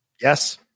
Yes